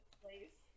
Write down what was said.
place